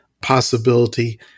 possibility